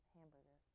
Hamburger